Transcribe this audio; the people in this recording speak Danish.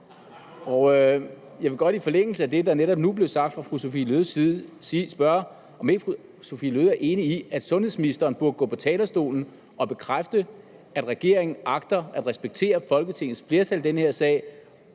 jeg vil godt i forlængelse af det, der netop nu blev sagt fra fru Sophie Løhdes side, spørge, om ikke fru Sophie Løhde er enig i, at sundhedsministeren burde gå på talerstolen og bekræfte, at regeringen agter at respektere Folketingets flertal i den her sag,